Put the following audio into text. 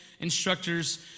instructors